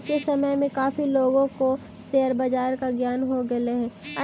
आज के समय में काफी लोगों को शेयर बाजार का ज्ञान हो गेलई हे